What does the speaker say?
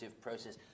process